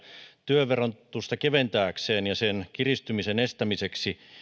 työn verotusta keventääkseen ja sen kiristymisen estämiseksi